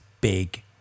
big